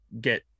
get